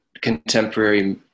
contemporary